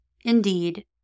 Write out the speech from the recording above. Indeed